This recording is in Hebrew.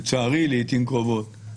בסדר, אז אפילו יש מרווח ביטחון.